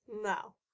No